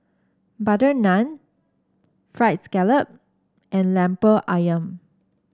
butter naan fried scallop and Lemper ayam